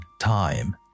Time